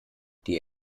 die